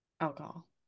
Alcohol